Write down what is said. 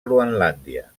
groenlàndia